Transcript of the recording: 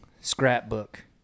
scrapbook